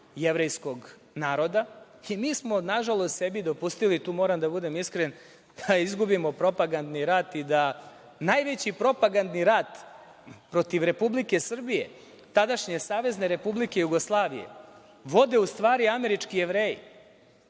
Jevrejskog naroda. Mi smo nažalost sebi dopustili, tu moram da budem iskren, da izgubimo propagandni rat, i da najveći propagandni rat protiv Republike Srbije, tadašnje SRJ, vode u stvari američki Jevreji,